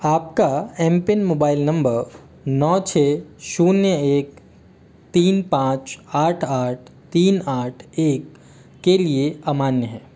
आप का M PIN mobile number नौ छः शून्य एक तीन पाँच आठ आठ तीन आठ एक के लिए अमान्य है